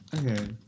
okay